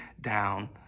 down